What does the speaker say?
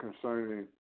concerning